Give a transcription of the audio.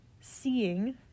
seeing